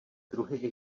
druhy